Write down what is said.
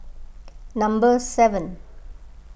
number seven